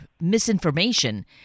misinformation